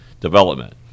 development